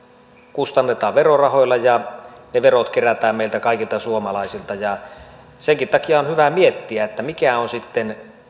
kustannetaan verorahoilla ja ne verot kerätään meiltä kaikilta suomalaisilta senkin takia on hyvä miettiä mikä on sitten